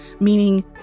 Meaning